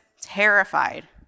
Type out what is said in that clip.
terrified